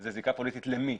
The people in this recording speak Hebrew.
זאת זיקה פוליטית למי,